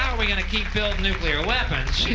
we gonna keep building nuclear weapons,